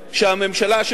שהממשלה,